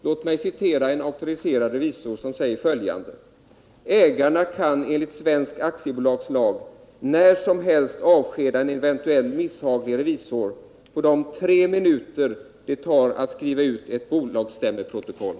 Låt mig referera en auktoriserad revisor som säger följande: Ägarna kan enligt svensk aktiebolagslag när som helst avskeda en eventuellt misshaglig revisor på de tre minuter det tar att skriva ut ett bolagsstämmoprotokoll.